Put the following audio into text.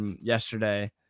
yesterday